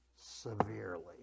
severely